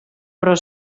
però